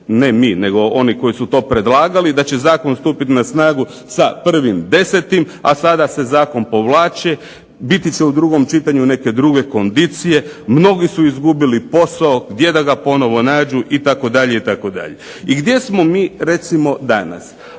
ne mi nego oni koji su to predlagali, da će zakon skupiti na snagu sa 1.10., a sada se zakon povlači. Biti će u drugom čitanju neke druge kondicije. Mnogi su izgubili posao, gdje ga ponovno nađu itd., itd. I gdje smo mi recimo danas?